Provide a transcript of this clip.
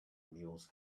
mules